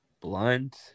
blunt